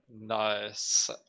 nice